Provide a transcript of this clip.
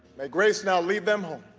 may grace now lead them home.